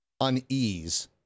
unease